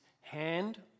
hand